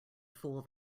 fool